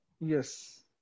Yes